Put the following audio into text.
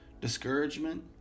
discouragement